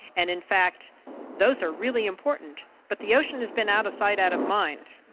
and in fact those are really important. but the ocean has been out of sight, out of mind.